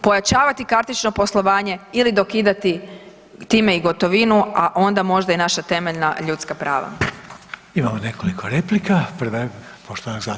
Pojačavati kartično poslovanje ili dokidati time i gotovinu, a onda i možda naša temeljna ljudska prava.